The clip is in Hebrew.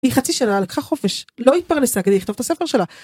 היא חצי שנה לקחה חופש, לא התפרנסה כדי לכתוב את הספר שלה...